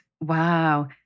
Wow